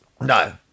No